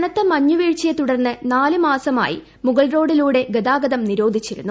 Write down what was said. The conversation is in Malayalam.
കനത്ത മഞ്ഞുവീഴ്ചയെ തുടർന്ന് നാല് ് മാസ്മായി മുഗൾ റോഡിലൂടെ ഗതാഗതം നിരോധിച്ചിരുന്നു